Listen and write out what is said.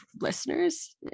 listeners